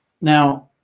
Now